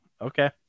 Okay